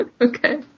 Okay